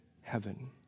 heaven